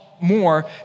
more